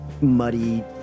muddy